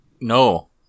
No